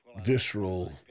visceral